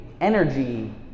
energy